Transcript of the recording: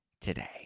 today